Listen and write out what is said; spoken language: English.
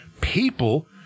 people